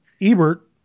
Ebert